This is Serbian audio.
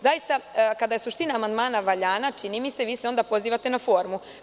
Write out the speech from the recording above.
Zaista, kada je suština amandmana valjana, čini mi se, vi se onda pozivate na formu.